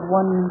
one